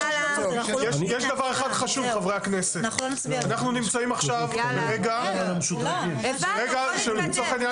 אנחנו נמצאים עכשיו ברגע שלצורך העניין